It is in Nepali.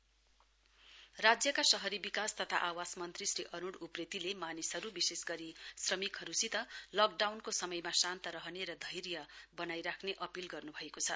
यूडीडी मिन्सिटर एपील राज्यका शहरी विकास तथा आवास मन्त्री श्री अरुण उप्रेतीले मानिसहरु विशेष गरी श्रमिक हरुसित लकडाउनको समयमा शान्त रहने र धैर्य वनाइ राख्ने अपील गर्नुभएको छ